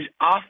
off